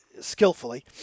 Skillfully